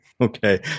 Okay